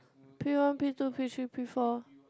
P one P two P three P four